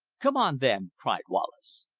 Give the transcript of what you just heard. come on then, cried wallace.